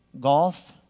Golf